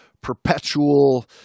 perpetual